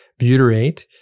butyrate